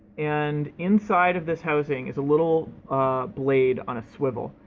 and inside of this housing is a little blade on a swivel.